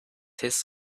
his